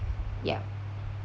yup